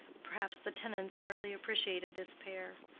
perhaps the tenants hardly appreciated this pair.